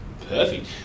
Perfect